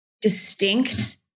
distinct